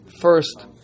first